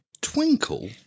Twinkle